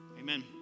Amen